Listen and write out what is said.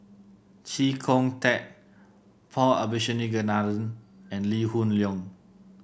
Chee Kong Tet Paul Abisheganaden and Lee Hoon Leong